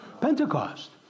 Pentecost